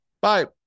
Bye